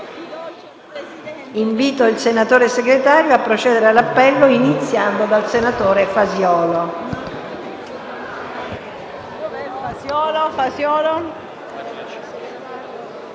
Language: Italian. Invito ora il senatore Segretario a procedere all'appello, iniziando dalla senatrice Fasiolo.